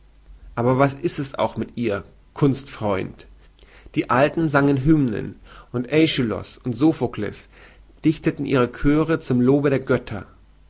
aber was ist es auch mit ihr kunstfreund die alten sangen hymnen und aeschylus und sophokles dichteten ihre chöre zum lobe der götter